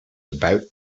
about